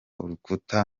urukuta